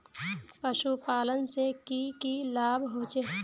पशुपालन से की की लाभ होचे?